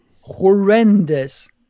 horrendous